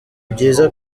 byiza